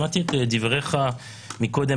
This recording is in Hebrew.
שמעתי את דבריך מקודם,